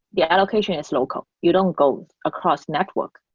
the allocation is local. you don't go across network,